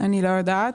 אני לא יודעת.